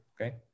Okay